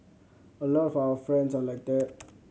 a lot of our friends are like that